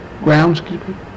groundskeeper